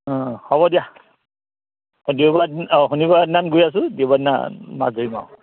অঁ হ'ব দিয়া দেওবাৰে দিনা অঁ শনিবাৰৰ দিনাখন গৈ আছোঁ দেওবাৰ দিনা মাছ ধৰিম আৰু